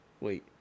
Wait